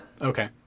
Okay